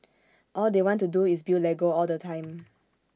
all they want to do is build Lego all the time